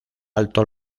alto